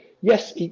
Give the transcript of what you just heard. yes